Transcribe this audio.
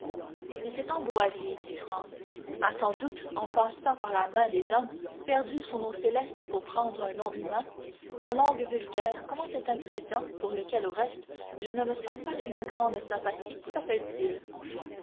mais cette ambroisie dit franz a sans doute en passant par la main des hommes perdu son nom céleste pour prendre un nom humain en langue vulgaire comment cet ingrédient pour lequel au reste je ne me sens pas une grande sympathie s'appelle-t-il